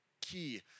key